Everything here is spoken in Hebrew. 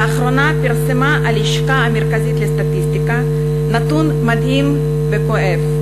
לאחרונה פרסמה הלשכה המרכזית לסטטיסטיקה נתון מדהים וכואב: